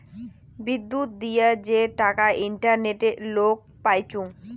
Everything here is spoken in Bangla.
বিদ্যুত দিয়া যে টাকা ইন্টারনেটে লোক পাইচুঙ